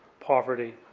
poverty,